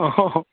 অঁ হ হ